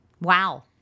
Wow